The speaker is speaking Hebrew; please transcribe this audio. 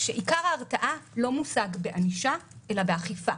שעיקר ההרתעה לא מושג בענישה אלא באכיפה,